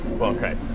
Okay